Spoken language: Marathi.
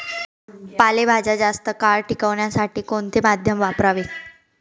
पालेभाज्या जास्त काळ टिकवण्यासाठी कोणते माध्यम वापरावे?